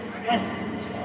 presence